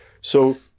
So-